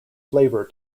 flavour